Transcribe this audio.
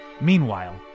Meanwhile